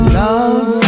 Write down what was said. love